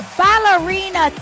ballerina